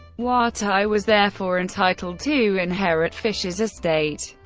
watai was therefore entitled to inherit fischer's estate.